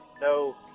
no